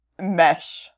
mesh